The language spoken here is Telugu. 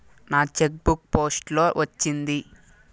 నా చెక్ బుక్ పోస్ట్ లో వచ్చింది